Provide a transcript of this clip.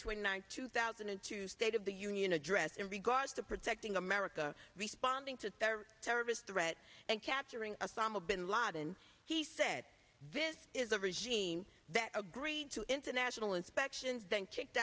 twenty ninth two thousand and two state of the union address in regards to protecting america responding to service threat and capturing a comma bin laden he said this is a regime that agreed to international inspections then kicked